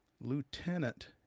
Lieutenant